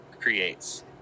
creates